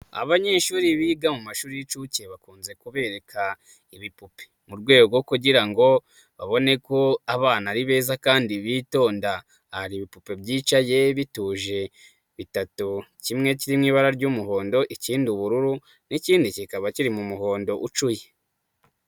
Abanyeshuri biga mu mashuri y'incuke bakunze kubereka ibipupe mu rwego kugira ngo babone ko abana ari beza kandi bitonda, hari ibipupe byicaye bituje bitatu kimwe kirimo ibara ry'umuhondo, ikindi ubururu n'ikindi kikaba kiri mu muhondo ucuye.